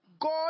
God